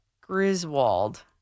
Griswold